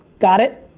got it?